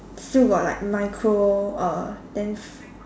still got like micro uh then